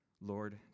Lord